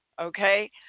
okay